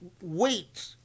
wait